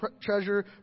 treasure